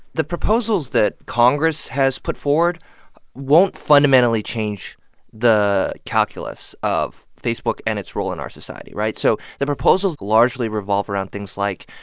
the proposals that congress has put forward won't fundamentally change the calculus of facebook and its role in our society, right? so the proposals largely revolve around things like,